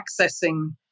accessing